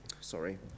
sorry